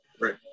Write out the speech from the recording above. right